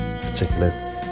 particular